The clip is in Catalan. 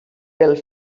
pel